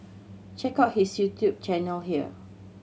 check out his YouTube channel here